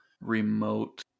remote